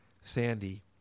Sandy